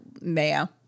mayo